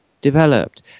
developed